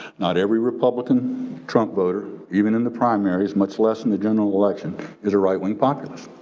not every republican trump voter, even in the primaries, much less in the general election is a right-wing populist.